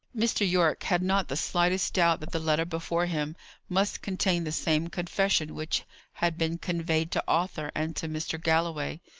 mr. yorke had not the slightest doubt that the letter before him must contain the same confession which had been conveyed to arthur and to mr. galloway.